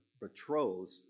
betrothed